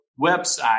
website